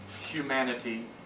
humanity